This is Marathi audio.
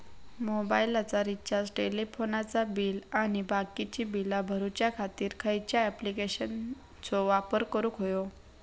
मोबाईलाचा रिचार्ज टेलिफोनाचा बिल आणि बाकीची बिला भरूच्या खातीर खयच्या ॲप्लिकेशनाचो वापर करूक होयो?